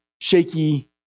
shaky